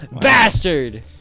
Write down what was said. bastard